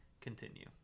continue